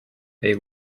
may